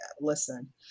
listen